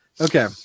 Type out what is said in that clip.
okay